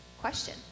question